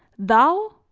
thou,